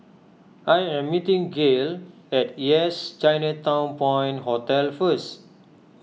I am meeting Gale at Yes Chinatown Point Hotel first